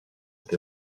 été